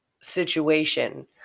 situation